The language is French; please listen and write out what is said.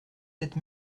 sept